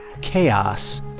chaos